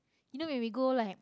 you know when we go like